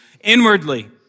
inwardly